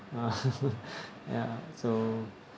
uh ya so